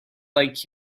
like